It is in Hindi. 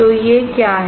तो ये क्या हैं